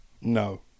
No